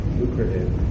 lucrative